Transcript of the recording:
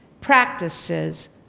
practices